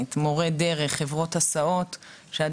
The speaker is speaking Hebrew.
מהבידוק הביטחוני,